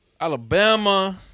Alabama